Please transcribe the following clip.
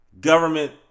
government